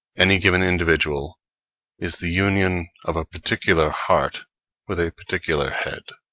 any given individual is the union of a particular heart with a particular head.